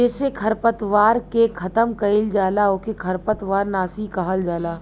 जेसे खरपतवार के खतम कइल जाला ओके खरपतवार नाशी कहल जाला